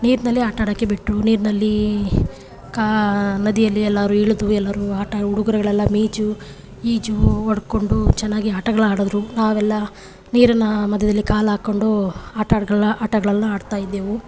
ನೀರಿನಲ್ಲಿ ಆಟ ಆಡೋಕೆ ಬಿಟ್ಟರು ನೀರಿನಲ್ಲಿ ಕಾ ನದಿಯಲ್ಲಿ ಎಲ್ಲರೂ ಇಳಿದು ಎಲ್ಲರೂ ಆಟ ಹುಡುಗರುಗಳೆಲ್ಲ ಈಜು ಈಜು ಹೊಡ್ಕೊಂಡು ಚೆನ್ನಾಗಿ ಆಟಗಳು ಆಡಿದ್ರು ನಾವೆಲ್ಲ ನೀರಿನ ಮಧ್ಯದಲ್ಲಿ ಕಾಲು ಹಾಕೊಂಡು ಆಟಡ್ಗಳ್ನ ಆಟಗಳನ್ನ ಆಡ್ತಾಯಿದ್ದೆವು